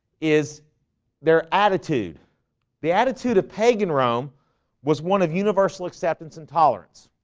is their attitude the attitude of pagan rome was one of universal acceptance and tolerance